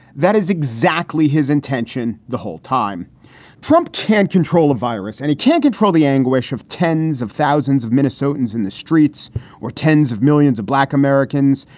that is exactly his intention. the whole time trump can control a virus and he can't control the anguish of tens of thousands of minnesotans in the streets or tens of millions of black americans,